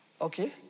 okay